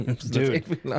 Dude